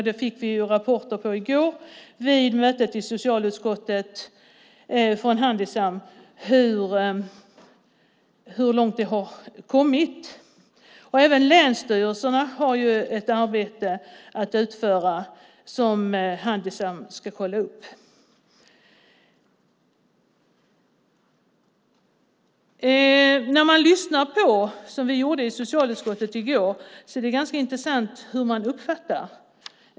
Vi fick i går vid mötet i socialutskottet rapporter från Handisam om hur långt det har kommit. Och även länsstyrelserna har ett arbete att utföra som Handisam ska kolla upp. När man lyssnar på information, som vi gjorde i socialutskottet i går, är det ganska intressant hur man uppfattar den.